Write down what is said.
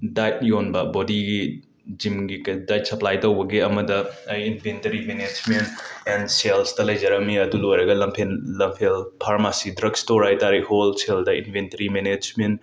diet ꯌꯣꯟꯕ ꯕꯣꯗꯤꯒꯤ ꯖꯤꯝꯒꯤ ꯀꯩ ꯗꯥꯏꯠ ꯁꯄ꯭ꯂꯥꯏ ꯇꯧꯕꯒꯤ ꯑꯃꯗ ꯑꯩ ꯏꯟꯕꯦꯟꯇꯔꯤ ꯃꯦꯅꯦꯖꯃꯦꯟ ꯑꯦꯟ ꯁꯦꯜꯁꯇ ꯂꯩꯖꯔꯝꯃꯤ ꯑꯗꯨ ꯂꯣꯏꯔꯒ ꯂꯝꯐꯦꯟ ꯂꯝꯐꯦꯜ ꯐꯥꯔꯃꯥꯁꯤ ꯗ꯭ꯔꯛ ꯁ꯭ꯇꯣꯔ ꯍꯥꯏꯇꯥꯔꯦ ꯍꯣꯜꯁꯦꯜꯗ ꯏꯟꯕꯦꯟꯇꯔꯤ ꯃꯅꯦꯖꯃꯦꯟ